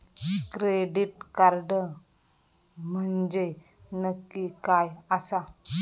Credit card म्हंजे नक्की काय आसा?